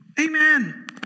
amen